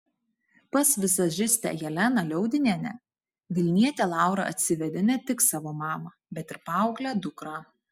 pas vizažistę jeleną liaudinienę vilnietė laura atsivedė ne tik savo mamą bet ir paauglę dukrą